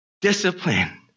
Discipline